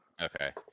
Okay